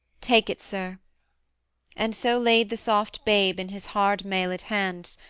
take it sir and so laid the soft babe in his hard-mailed hands,